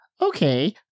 okay